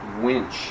winch